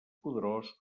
poderós